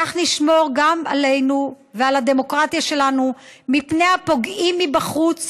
כך נשמור עלינו ועל הדמוקרטיה שלנו מפני הפוגעים מבחוץ